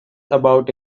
about